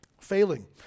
failing